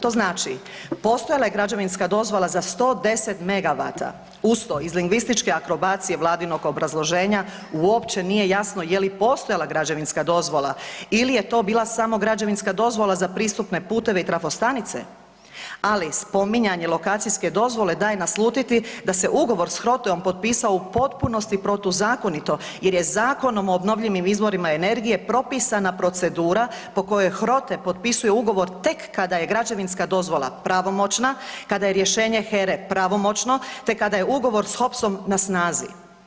To znači, postojala je građevinska dozvola za 110 megavata, uz to iz lingvističke akrobacije Vladinog obrazloženja, uopće nije jasno je li postojala građevinska dozvola ili je to bila samo građevinska dozvola za pristupne puteve i trafostanice, ali spominjanje lokacijske dozvole daje naslutiti da se ugovor s HROTE-om potpisao u potpunosti protuzakonito jer je Zakonom o obnovljivim izvorima energije propisana procedura po kojoj HROTE potpisuje ugovor tek kada je građevinska dozvola pravomoćna, kada je rješenje HERA-e pravomoćno te kada je ugovor s HOPS-om na snazi.